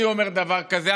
אני אומר דבר כזה,